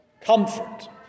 comfort